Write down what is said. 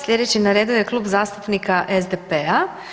Sljedeći na redu je Klub zastupnika SDP-a.